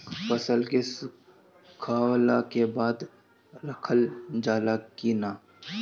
फसल के सुखावला के बाद रखल जाला कि न?